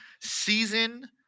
season